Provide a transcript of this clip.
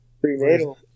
prenatal